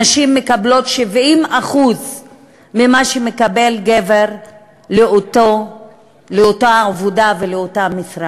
נשים מקבלות 70% ממה שמקבל גבר על אותה עבודה ועל אותה משרה,